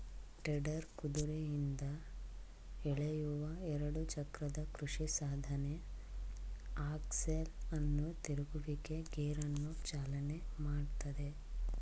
tedder ಕುದುರೆಯಿಂದ ಎಳೆಯುವ ಎರಡು ಚಕ್ರದ ಕೃಷಿಸಾಧನ ಆಕ್ಸೆಲ್ ಅನ್ನು ತಿರುಗುವಿಕೆ ಗೇರನ್ನು ಚಾಲನೆ ಮಾಡ್ತದೆ